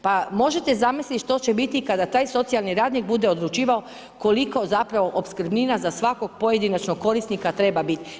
Pa možete zamisliti što će biti kada taj socijalni radnik bude odlučivao koliko zapravo opskrbnina za svakog pojedinačnog korisnika treba biti.